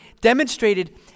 demonstrated